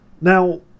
Now